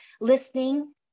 listening